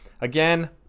Again